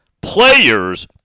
players